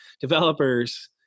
developers